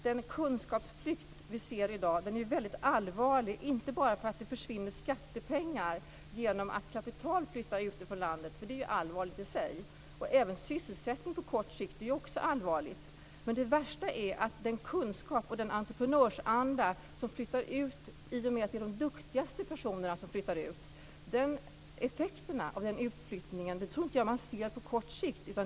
Den kunskapsflykt vi ser i dag är ju väldigt allvarlig, inte bara för att det försvinner skattepengar genom att kapital flyttar ut från landet, som är allvarligt i sig, utan även sysselsättningen på kort sikt, vilket också är allvarligt. Men det värsta är den kunskap och den entreprenörsanda som flyttar ut i och med att det är de duktigaste personerna som flyttar ut. Effekterna av utflyttningen tror jag inte att man kan se på kort sikt.